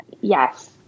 Yes